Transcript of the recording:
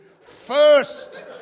first